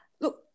Look